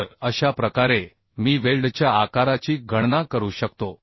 तर अशा प्रकारे मी वेल्डच्या आकाराची गणना करू शकतो